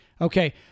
Okay